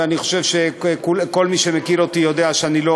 ואני חושב שכל מי שמכיר אותי יודע שאני לא